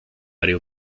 área